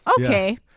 okay